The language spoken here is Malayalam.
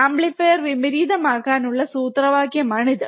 ആംപ്ലിഫയർ വിപരീതമാക്കാനുള്ള സൂത്രവാക്യമാണിത്